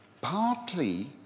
partly